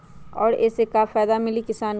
और ये से का फायदा मिली किसान के?